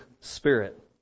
spirit